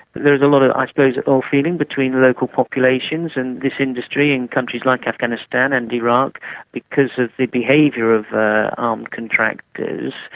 there is a lot of i suppose ill feeling between the local populations and this industry in countries like afghanistan and iraq because of the behaviour of armed contractors.